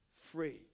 free